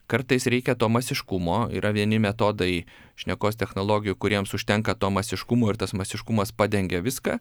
kartais reikia to masiškumo yra vieni metodai šnekos technologijų kuriems užtenka to masiškumo ir tas masiškumas padengia viską